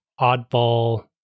oddball